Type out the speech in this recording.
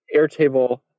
Airtable